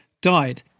died